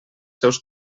seus